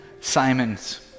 Simons